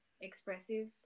expressive